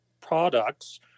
products